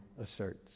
asserts